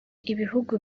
ibihugu